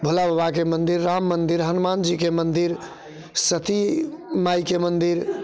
भोला बाबाके मन्दिर राम मन्दिर हनुमान जीके मन्दिर सती मायके मन्दिर